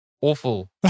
Awful